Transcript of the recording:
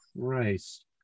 Christ